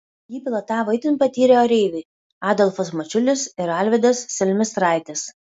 jį pilotavo itin patyrę oreiviai adolfas mačiulis ir alvydas selmistraitis